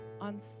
on